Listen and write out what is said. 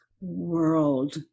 world